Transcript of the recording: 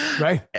Right